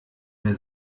mehr